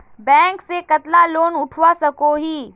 Bank से कतला loan उठवा सकोही?